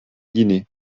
guinée